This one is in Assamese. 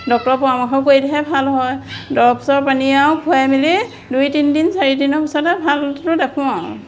ডক্তৰৰ পৰামৰ্শ কৰিলেহে ভাল হয় দৰৱ ছৰব আনি আৰু খুৱাই মেলি দুই তিনিদিন চাৰিদিনৰ পিছতে ভালটো দেখোঁ আৰু